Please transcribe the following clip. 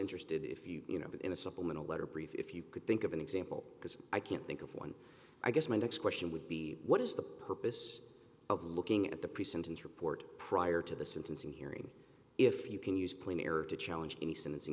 interested if you know in a supplemental letter brief if you could think of an example because i can't think of one i guess my next question would be what is the purpose of looking at the pre sentence report prior to the sentencing hearing if you can use premier to challenge any sentencing